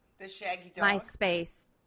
MySpace